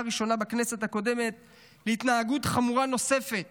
ראשונה בכנסת הקודמת להתנהגות חמורה נוספת